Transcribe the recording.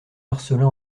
marcellin